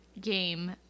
game